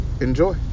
Enjoy